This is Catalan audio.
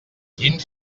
quin